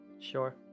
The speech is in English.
Sure